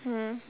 mm